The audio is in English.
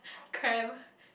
calm